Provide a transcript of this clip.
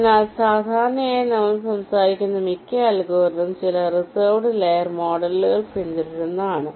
അതിനാൽ സാധാരണയായി നമ്മൾ സംസാരിക്കുന്ന മിക്ക അൽഗോരിതം ചില റിസർവ്ഡ് ലെയർ മോഡൽ പിന്തുടരുന്നതാണ്